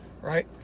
right